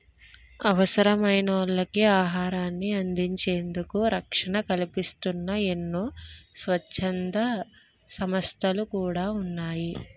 అవసరమైనోళ్ళకి ఆహారాన్ని అందించేందుకు రక్షణ కల్పిస్తూన్న ఎన్నో స్వచ్ఛంద సంస్థలు కూడా ఉన్నాయి